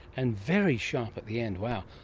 and very sharp at the end, wow.